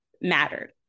mattered